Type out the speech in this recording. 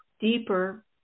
Deeper